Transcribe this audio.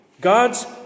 God's